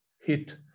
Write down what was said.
hit